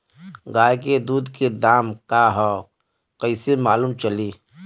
गाय के दूध के दाम का ह कइसे मालूम चली?